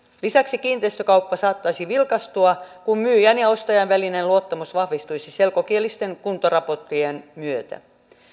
lisäksi kiinteistökauppa saattaisi vilkastua kun myyjän ja ostajan välinen luottamus vahvistuisi selkokielisten kuntoraporttien myötä